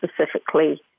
specifically